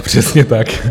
Přesně tak.